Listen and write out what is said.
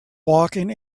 walking